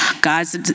God's